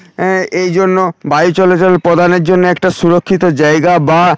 এই জন্য বায়ু চলাচল প্রদানের জন্যে একটা সুরক্ষিত জায়গা বা